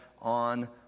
on